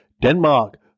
Denmark